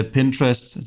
Pinterest